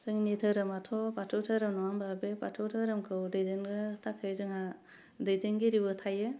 जोंनि धोरोमाथ' बाथौ धोरोम नङा होनबा बे बाथौ धोरोमखौ दैदेननो थाखाय जोंहा दैदेनगिरिबो थायो